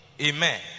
Amen